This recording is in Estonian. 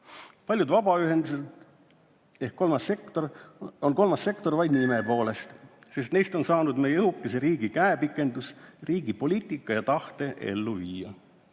"Paljud vabaühendused on kolmas sektor vaid nime poolest, sest neist on saanud meie õhukese riigi käepikendus, riigi poliitika ja tahte elluviija."